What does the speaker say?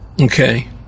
Okay